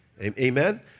Amen